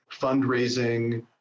fundraising